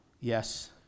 Yes